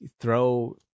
throw